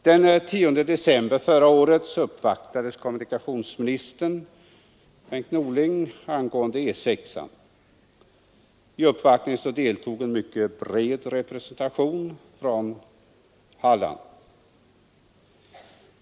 Den 10 december förra året uppvaktades kommunikationsminister Bengt Norling angående E6 av en mycket bred representation från Halland.